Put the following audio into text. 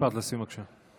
משפט לסיום, בבקשה.